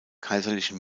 kaiserlichen